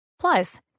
Plus